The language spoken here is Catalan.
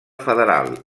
federal